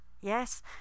Yes